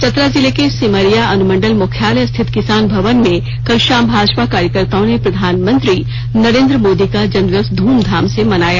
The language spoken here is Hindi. चतरा जिले के सिमरिया अनुमंडल मुख्यालय स्थित किसान भवन में कल शाम भाजपा कार्यकर्ताओं ने प्रधानमंत्री नरेन्द्र मोदी का जन्मदिवस ध्रमधाम से मनाया